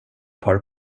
par